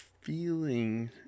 feeling